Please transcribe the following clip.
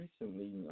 recently